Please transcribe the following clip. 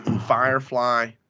Firefly